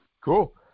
Cool